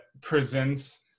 presents